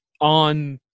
on